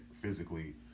physically